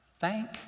thank